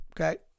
Okay